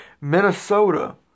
Minnesota